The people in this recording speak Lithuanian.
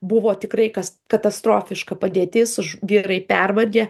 buvo tikrai kas katastrofiška padėtis ž vyrai pervargę